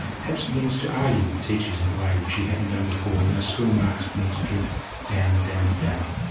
perhaps begins to argue with teachers in a way which he hadn't done before and those school marks begin to drift down and down and down.